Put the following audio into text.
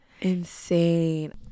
Insane